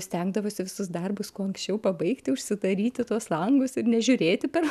stengdavosi visus darbus kuo anksčiau pabaigti užsidaryti tuos langus ir nežiūrėti per